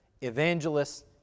evangelists